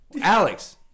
Alex